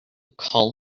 call